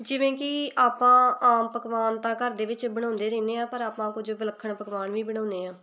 ਜਿਵੇਂ ਕਿ ਆਪਾਂ ਆਮ ਪਕਵਾਨ ਤਾਂ ਘਰ ਦੇ ਵਿੱਚ ਬਣਾਉਂਦੇ ਰਹਿੰਦੇ ਹਾਂ ਪਰ ਆਪਾਂ ਕੁਝ ਵਿਲੱਖਣ ਪਕਵਾਨ ਵੀ ਬਣਾਉਂਦੇ ਹਾਂ